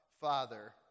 Father